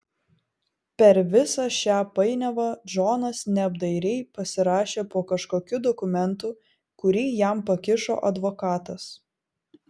per visą šią painiavą džonas neapdairiai pasirašė po kažkokiu dokumentu kurį jam pakišo advokatas